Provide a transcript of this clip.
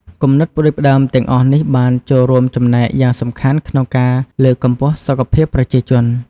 គំនិតផ្តួចផ្តើមទាំងអស់នេះបានចូលរួមចំណែកយ៉ាងសំខាន់ក្នុងការលើកកម្ពស់សុខភាពប្រជាជន។